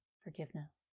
forgiveness